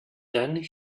then